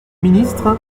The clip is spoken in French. ministres